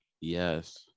Yes